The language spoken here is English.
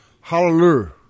Hallelujah